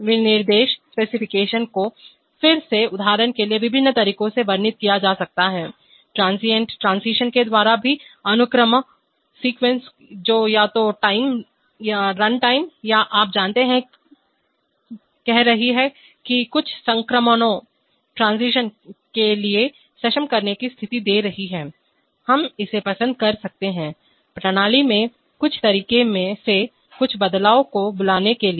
इसलिए इस विनिर्देशोंस्पेसिफिकेशन को फिर से उदाहरण के लिए विभिन्न तरीकों से वर्णित किया जा सकता हैट्रांजियंट ट्रांजीशन के द्वारा भी अनुक्रम सीक्वेंस जो या तो टाइम रन टाइम याआप जानते हैं कह रही है कि कुछ संक्रमणोंट्रांजीशन के लिए सक्षम करने की स्थिति दे रही है हम इसे पसंद कर सकते हैं प्रणाली में कुछ तरीकों से कुछ बदलावों को बुलाने के लिए